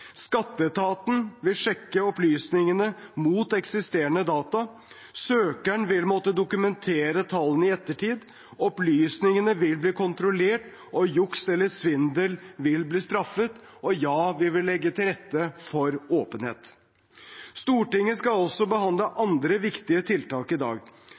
Skatteetaten vil sjekke opplysningene mot eksisterende data. Søkeren vil måtte dokumentere tallene i ettertid. Opplysningene vil bli kontrollert, og juks eller svindel vil bli straffet. Og ja, vi vil legge til rette for åpenhet. Stortinget skal også behandle andre viktige tiltak i dag